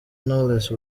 knowless